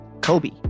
Kobe